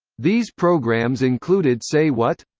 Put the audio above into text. these programs included say what?